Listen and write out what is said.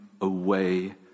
away